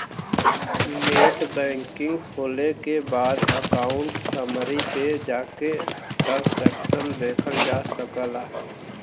net banking खोले के बाद अकाउंट समरी पे जाके ट्रांसैक्शन देखल जा सकला